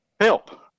help